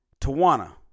Tawana